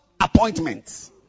appointments